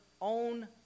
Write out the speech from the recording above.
own